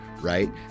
right